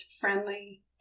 friendly